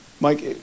Mike